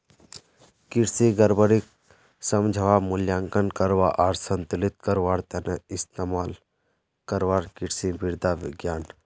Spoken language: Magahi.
कृषि गड़बड़ीक समझवा, मूल्यांकन करवा आर संतुलित करवार त न इस्तमाल करवार कृषि मृदा विज्ञान